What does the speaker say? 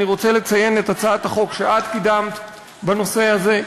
אני רוצה לציין את הצעת החוק שאת קידמת בנושא הזה,